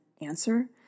answer